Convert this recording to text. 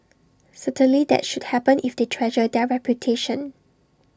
certainly that should happen if they treasure their reputation